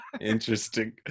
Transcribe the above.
interesting